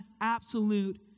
absolute